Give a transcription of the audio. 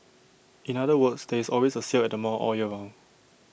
in other words there is always A sale at the mall all year round